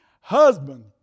Husband